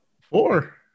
Four